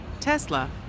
Tesla